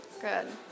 Good